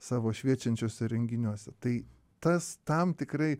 savo šviečiančiuose įrenginiuose tai tas tam tikrai